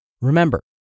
Remember